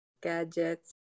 gadgets